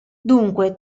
dunque